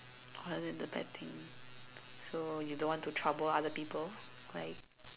rather than the bad thing so you don't want to trouble people like